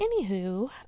Anywho